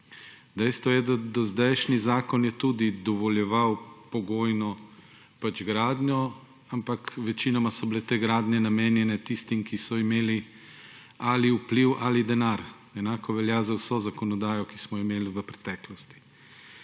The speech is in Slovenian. je, da dozdajšnji zakon je tudi dovoljeval pogojno gradnjo, ampak večinoma so bile te gradnje namenjene tistim, ki so imeli ali vpliv ali denar. Enako velja za vso zakonodajo, ki smo jo imeli v preteklosti.